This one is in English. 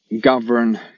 govern